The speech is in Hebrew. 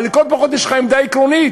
אבל לכל הפחות יש לך עמדה עקרונית.